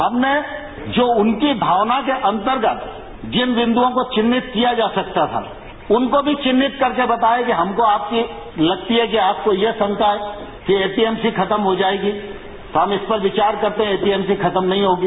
हमने जो उनकी भावना के अन्तर्गत जिन बिन्दुओं को विन्हित किया जा सकता था उनको भी विन्हित करके बताया है कि हमको आपकी लगती है कि आपको यह शंका है कि ए पी एम सी खत्म हो जायेगी तो हम इस पर विचार करते हैं ए पी एम सी खत्म नहीं होगी